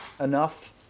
enough